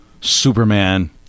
Superman